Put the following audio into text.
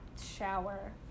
shower